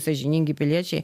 sąžiningi piliečiai